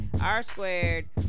R-Squared